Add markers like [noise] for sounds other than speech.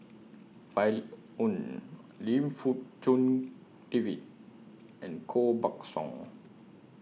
[unintelligible] Oon Lim Fong Jock David and Koh Buck Song